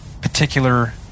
particular